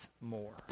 more